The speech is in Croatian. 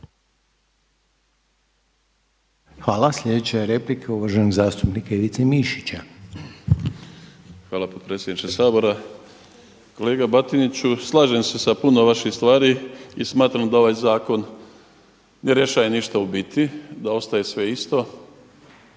Hvala. Sljedeća je replika uvaženog zastupnika Ivice Mišića. **Mišić, Ivica (Promijenimo Hrvatsku)** Hvala potpredsjedniče Sabora. Kolega Batiniću, slažem se sa puno vaših stvari i smatram da ovaj zakon ne rješava ništa u biti, da ostaje sve isto,